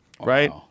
right